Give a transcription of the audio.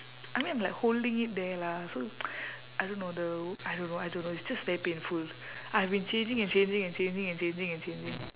I mean I'm like holding it there lah so I don't know the I don't know I don't know it's just very painful I've been changing and changing and changing and changing and changing